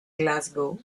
glasgow